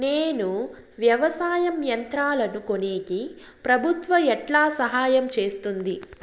నేను వ్యవసాయం యంత్రాలను కొనేకి ప్రభుత్వ ఎట్లా సహాయం చేస్తుంది?